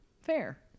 fair